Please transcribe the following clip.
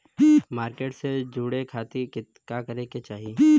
Market से जुड़े खाती का करे के चाही?